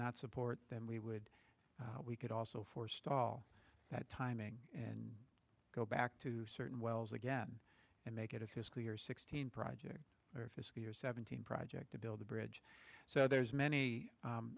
not support then we would we could also forestall that timing and go back to certain wells again and make it a fiscally or sixteen project or fiscal year seventeen project to build the bridge so there's many